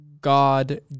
God